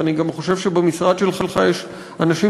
ואני גם חושב שבמשרד שלך יש אנשים